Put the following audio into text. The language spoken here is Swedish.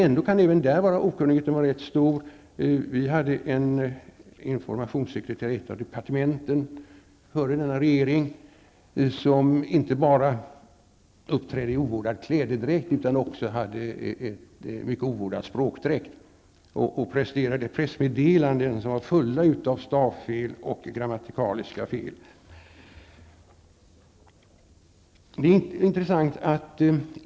Ändå kan okunnigheten vara rätt stor även där. Det fanns en informationssekreterare i ett av departementen före denna regering som inte bara uppträdde i ovårdad klädedräkt utan också hade en mycket ovårdad språkdräkt. Han presterade pressmeddelanden som var fulla av stavfel och grammatikaliska fel.